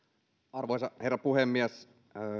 arvoisa herra puhemies